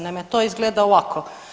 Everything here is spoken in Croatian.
Naime, to izgleda ovako.